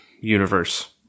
universe